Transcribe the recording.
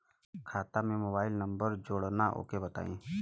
खाता में mobile number जोड़ना ओके बताई?